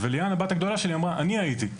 ליאן, הבת הגדולה שלי אמרה, אני הייתי,